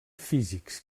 físics